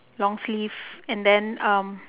long sleeve and than um